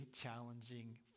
challenging